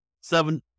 seven